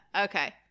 Okay